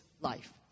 life